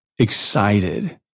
excited